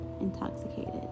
intoxicated